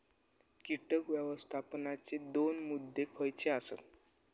कीटक व्यवस्थापनाचे दोन मुद्दे खयचे आसत?